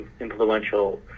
influential